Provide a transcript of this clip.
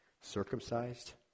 circumcised